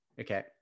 Okay